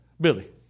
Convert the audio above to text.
Billy